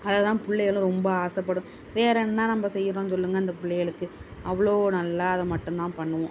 அதுதான் புள்ளைங்களும் ரொம்ப ஆசைப்படும் வேறு என்ன நம்ப செய்கிறோம் சொல்லுங்கள் அந்த புள்ளைகளுக்கு அவ்வளோ நல்லா அதை மட்டும்தான் பண்ணுவோம்